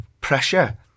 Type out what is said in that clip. pressure